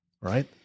Right